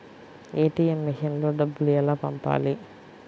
ATM మెషిన్లో డబ్బులు ఎలా పంపాలి?